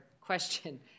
question